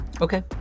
Okay